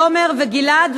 תומר וגלעד.